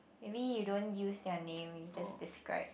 maybe you don't use their name we just describe